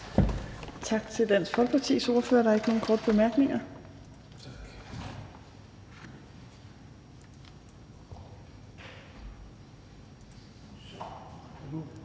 Tak til Dansk Folkepartis ordfører. Der er ikke nogen korte bemærkninger.